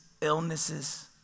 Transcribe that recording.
illnesses